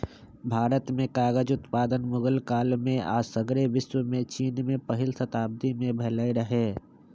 भारत में कागज उत्पादन मुगल काल में आऽ सग्रे विश्वमें चिन में पहिल शताब्दी में भेल रहै